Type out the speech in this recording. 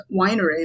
winery